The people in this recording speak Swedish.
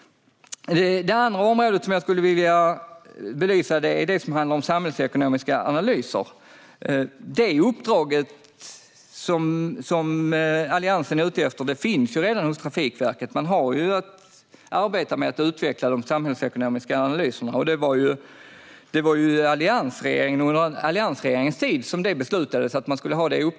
Det andra område som jag vill belysa handlar om samhällsekonomiska analyser. Det uppdraget som Alliansen är ute efter finns redan hos Trafikverket. Man har att arbeta med att utveckla de samhällsekonomiska analyserna. Det var under alliansregeringens tid som det uppdraget beslutades.